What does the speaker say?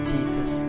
Jesus